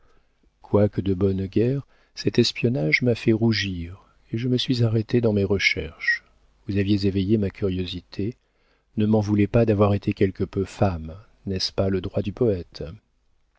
quoique de bonne guerre cet espionnage m'a fait rougir et je me suis arrêté dans mes recherches vous aviez éveillé ma curiosité ne m'en voulez pas d'avoir été quelque peu femme n'est-ce pas le droit du poëte